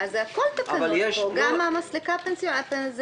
אז הכול זה תקנות, גם המסלקה הפנסיונית.